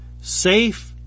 Safe